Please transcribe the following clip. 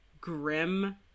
grim